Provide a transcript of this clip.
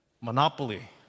monopoly